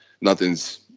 nothing's